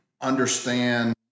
understand